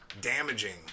damaging